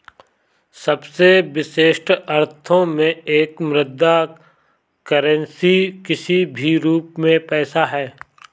सबसे विशिष्ट अर्थों में एक मुद्रा करेंसी किसी भी रूप में पैसा है